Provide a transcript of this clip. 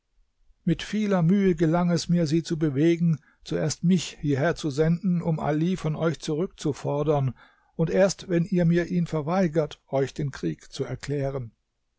mit vieler mühe gelang es mir sie zu bewegen zuerst mich hierherzusenden um ali von euch zurückzufordern und erst wenn ihr mir ihn verweigert euch den krieg zu erklären